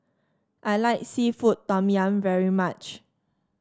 I like seafood Tom Yum very much